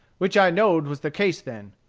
which i know'd was the case then.